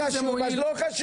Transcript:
כן, אם לא חשוב אז לא חשוב.